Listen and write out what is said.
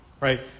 Right